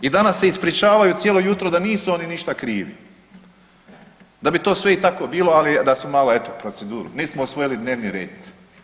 I danas se ispričavaju cijelo jutro da nisu oni ništa krivi, da bi to sve i tako bilo ali da su eto malo proceduru, nismo usvojili dnevni red.